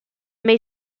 may